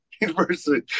university